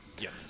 yes